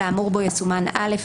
האמור בו יסומן (א),